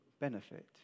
benefit